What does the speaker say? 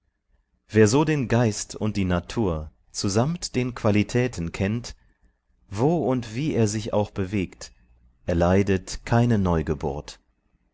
wer so den geist und die natur zusamt den qualitäten kennt wo und wie er sich auch bewegt erleidet keine neugeburt